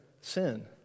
sin